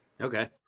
Okay